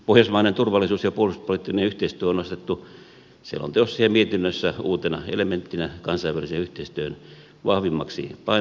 pohjoismainen turvallisuus ja puolustuspoliittinen yhteistyö on asetettu selonteossa ja mietinnössä uutena elementtinä kansainvälisen yhteistyön vahvimmaksi painopisteeksi